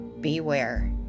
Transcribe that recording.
beware